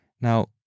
Now